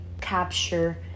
capture